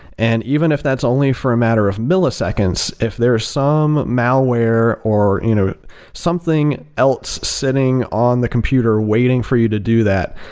and even if that's only for a matter of milliseconds, if there are some malware or you know something else sitting on the computer waiting for you to do that,